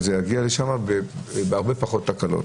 זה יגיע לשם בהרבה פחות תקלות.